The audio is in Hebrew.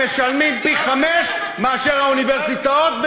שמשלמים פי-חמישה מאשר האוניברסיטאות.